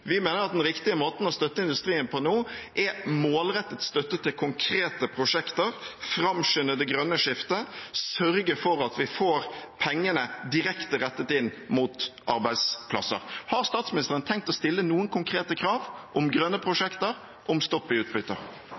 nå, er målrettet støtte til konkrete prosjekter, framskynde det grønne skiftet og sørge for at vi får pengene direkte rettet inn mot arbeidsplasser. Har statsministeren tenkt å stille noen konkrete krav om grønne prosjekter, om